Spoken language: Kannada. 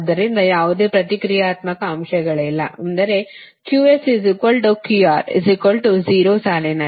ಆದ್ದರಿಂದ ಯಾವುದೇ ಪ್ರತಿಕ್ರಿಯಾತ್ಮಕ ಅಂಶಗಳಿಲ್ಲ ಅಂದರೆ QSQR0 ಸಾಲಿನಲ್ಲಿ